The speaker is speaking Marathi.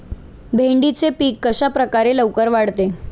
भेंडीचे पीक कशाप्रकारे लवकर वाढते?